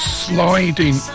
sliding